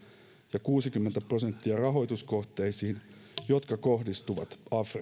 ja kuusikymmentä prosenttia rahoituskohteisiin jotka kohdistuvat afrikkaan